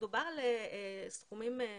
מדובר על סכומים נמוכים.